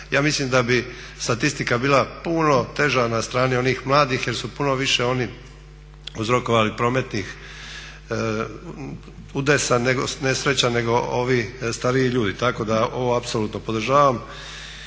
ja mislim da bi statistika bila puno teža na strani onih mladih jer su puno više oni uzrokovali prometnih udesa, nesreća nego ovi stariji ljudi tako da ovo apsolutno podržavam